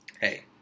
hey